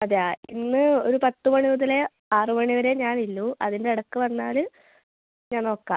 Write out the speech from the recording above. അതെയോ ഇന്ന് ഒരു പത്ത് മണി മുതല് ആറ് മണി വരെ ഞാൻ ഉള്ളൂ അതിൻ്റെ എടക്ക് വന്നാല് ഞാൻ നോക്കാം